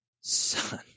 son